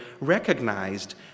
recognized